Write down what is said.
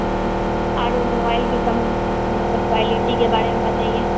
और वह मोबाइल की कंप मतलब क्वालिटी के बारे में बताइए